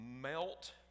melt